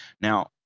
Now